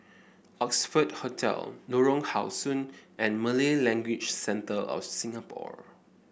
Oxford Hotel Lorong How Sun and Malay Language Centre of Singapore